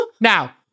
Now